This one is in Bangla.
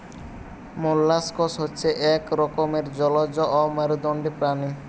মোল্লাসকস হচ্ছে এক রকমের জলজ অমেরুদন্ডী প্রাণী